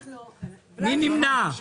כלומר, רוויזיות,